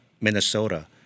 Minnesota